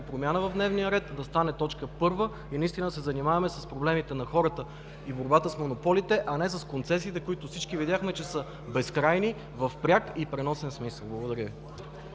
промяна да стане точка първа и наистина да се занимаваме с проблемите на хората и борбата с монополите, а не с концесиите, които всички видяхме, че са безкрайни в пряк и преносен смисъл. Благодаря